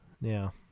Now